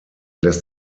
lässt